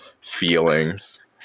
feelings